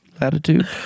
latitude